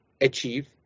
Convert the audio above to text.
achieve